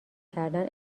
کردن